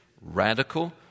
radical